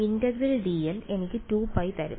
integral dl എനിക്ക് 2π തരും